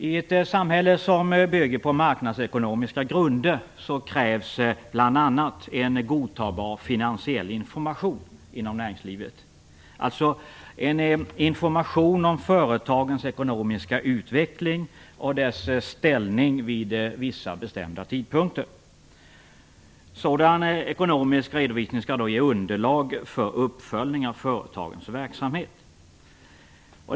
I ett samhälle som bygger på marknadsekonomiska grunder krävs bl.a. en godtagbar finansiell information inom näringslivet, alltså en information om företagens ekonomiska utveckling och deras ställning vid vissa bestämda tidpunkter. Sådan ekonomisk redovisning skall ge underlag för uppföljning av företagens verksamhet.